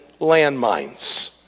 landmines